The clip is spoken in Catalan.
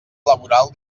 laboral